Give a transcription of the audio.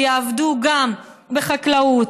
ויעבדו גם בחקלאות,